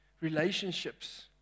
relationships